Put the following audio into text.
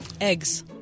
Eggs